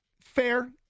fair